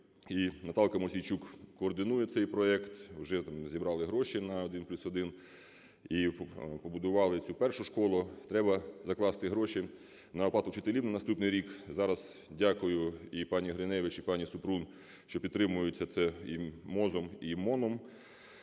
І Наталка Мосійчук координує цей проект, уже зібрали гроші на "1+1" і побудували цю першу школу, і треба закласти гроші на оплату вчителів на наступний рік. Зараз дякую і пані Гриневич, і пані Супрун, що підтримується це і МОЗом і МОНом.